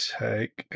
take